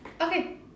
Okay